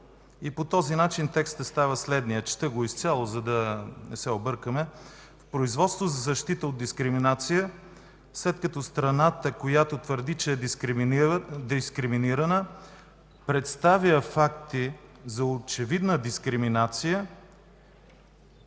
По този начин текстът става следният. Чета го изцяло, за да не се объркаме: